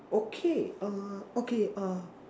okay err okay err